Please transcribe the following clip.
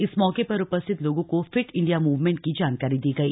इस मौके पर उपस्थित लोगों को फिट इंडिया मूवमेंट की जानकारी दी गई